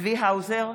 צבי האוזר,